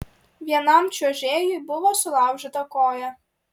vienam čiuožėjui buvo sulaužyta koja